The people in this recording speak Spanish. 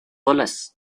olas